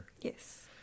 Yes